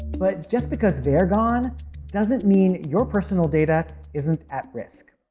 but just because they're gone doesn't mean your personal data isn't at risk.